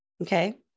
Okay